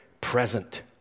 present